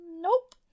Nope